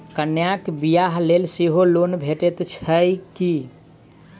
कन्याक बियाह लेल सेहो लोन भेटैत छैक की?